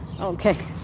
Okay